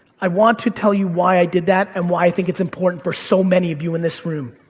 i want to tell you why i did that and why i think it's important for so many of you in this room.